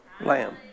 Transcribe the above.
lamb